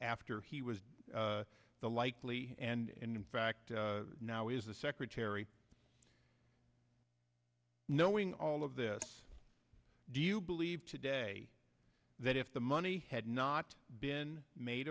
after he was the likely and in fact now is the secretary knowing all of this do you believe today that if the money had not been made